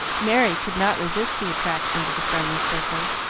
merry could not resist the attractions of the friendly circle,